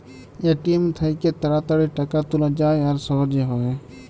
ATM থ্যাইকে তাড়াতাড়ি টাকা তুলা যায় আর সহজে হ্যয়